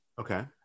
Okay